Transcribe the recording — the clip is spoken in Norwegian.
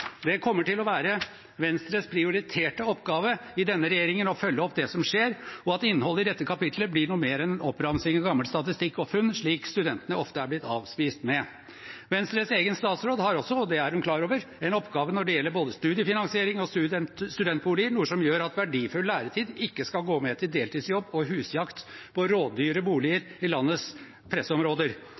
Det kommer til å være Venstres prioriterte oppgave i denne regjeringen å følge opp det som skjer, og at innholdet i dette kapitlet blir noe mer enn en oppramsing av gammel statistikk og funn, slik studentene ofte er blitt avspist med. Venstres egen statsråd har også, og det er hun klar over, en oppgave når det gjelder både studiefinansiering og studentboliger, noe som gjør at verdifull læretid ikke skal gå med til deltidsjobb og husjakt på rådyre boliger i landets pressområder.